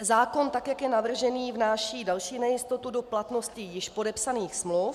Zákon, tak jak je navržený, vnáší další nejistotu do platnosti již podepsaných smluv.